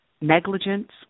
negligence